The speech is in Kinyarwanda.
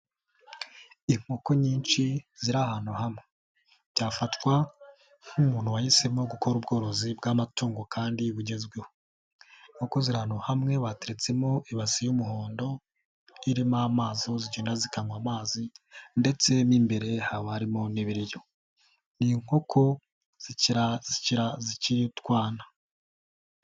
Inkoko nyinshi ziri ahantu hamwe byafatwa nk'umuntu wahisemo gukora ubworozi bw'amatungo kandi bugezweho, inkoko zi ahantu hamwe bateretsemo ibasi y'umuhondo irimo amazi aho zigenda zikanywa amazi ndetse n'imbere haba harimo n'ibiriyo, ni inkoko zikiri utwana.